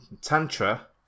Tantra